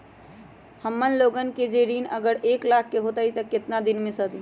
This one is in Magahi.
हमन लोगन के जे ऋन अगर एक लाख के होई त केतना दिन मे सधी?